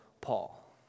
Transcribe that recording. Paul